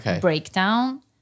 breakdown